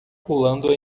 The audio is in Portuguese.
pulando